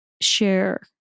share